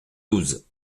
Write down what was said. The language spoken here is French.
douze